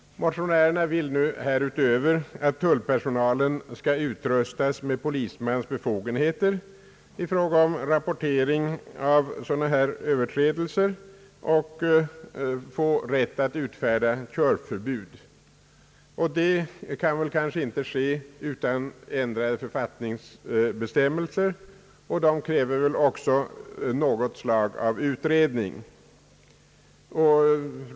Motionärerna vill härutöver, att tullpersonalen skall utrustas med polismans befogenheter och i fråga om rapportering av dessa överträdelser och får rätt att utfärda körförbud. Detta kan kanske inte ske utan ändrade författningsbestämmelser och det kräver väl också något slag av utredning.